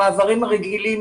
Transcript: המעברים הרגילים